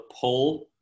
pull